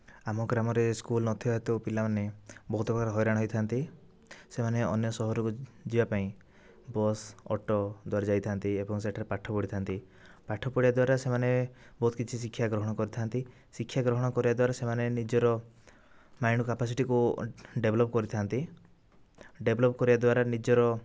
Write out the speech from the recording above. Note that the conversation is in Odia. ଆମ ଗ୍ରାମରେ ସ୍କୁଲ୍ ନଥିବା ହେତୁ ପିଲାମାନେ ବହୁତ ପ୍ରକାରେ ହଇରାଣ ହୋଇଥାନ୍ତି ସେମାନେ ଅନ୍ୟ ସହରକୁ ଯିବା ପାଇଁ ବସ୍ ଅଟୋ ଦ୍ୱାରା ଯାଇଥାନ୍ତି ଏବଂ ସେଠାରେ ପାଠ ପଢ଼ିଥାନ୍ତି ପାଠ ପଢ଼ିବା ଦ୍ୱାରା ସେମାନେ ବହୁତ କିଛି ଶିକ୍ଷା ଗ୍ରହଣ କରିଥାନ୍ତି ଶିକ୍ଷା ଗ୍ରହଣ କରିବା ଦ୍ୱାରା ସେମାନେ ନିଜର ମାଇଣ୍ଡ୍ କପାସିଟିକୁ ଡେଭ୍ଲପ୍ କରିଥାନ୍ତି ଡେଭ୍ଲପ୍ କରିବା ଦ୍ୱାରା ନିଜର